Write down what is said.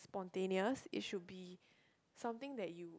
spontaneous it should be something that you